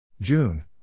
June